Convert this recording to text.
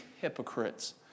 hypocrites